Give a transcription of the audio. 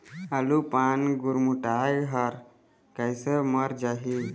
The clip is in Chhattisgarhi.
आलू पान गुरमुटाए हर कइसे मर जाही?